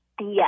Yes